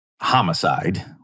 homicide